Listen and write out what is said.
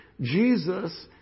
Jesus